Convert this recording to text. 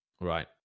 Right